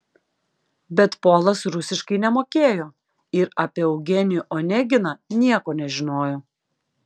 bet polas rusiškai nemokėjo ir apie eugenijų oneginą nieko nežinojo